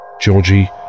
Georgie